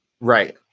Right